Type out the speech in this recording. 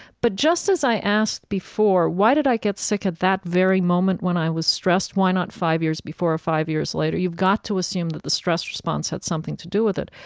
but just as i asked before, why did i get sick at that very moment when i was stressed, why not five years before or five years later? you've got to assume that the stress response had something to do with it.